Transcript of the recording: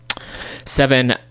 Seven